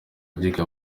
ahiga